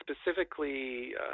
specifically